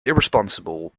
irresponsible